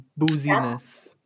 Booziness